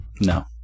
no